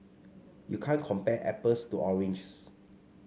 you can't compare apples to oranges